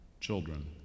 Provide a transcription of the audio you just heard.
children